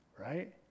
Right